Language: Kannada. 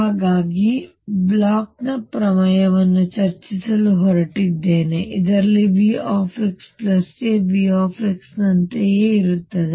ಹಾಗಾಗಿ ನಾನು ಈಗ ಬ್ಲೋಚ್ ನ ಪ್ರಮೇಯವನ್ನು ಚರ್ಚಿಸಲು ಹೊರಟಿದ್ದೇನೆ ಇದರಲ್ಲಿ V xa V ನಂತೆಯೇ ಇರುತ್ತದೆ